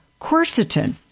quercetin